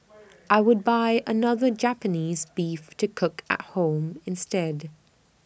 I would buy another Japanese Beef to cook at home instead